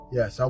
Yes